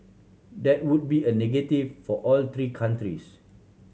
that would be a negative for all three countries